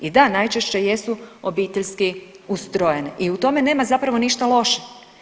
I da, najčešće jesu obiteljski ustrojeni i u tome nema zapravo ništa loše.